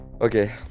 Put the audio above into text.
Okay